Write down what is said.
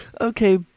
Okay